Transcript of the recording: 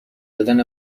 دادن